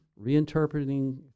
reinterpreting